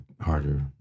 harder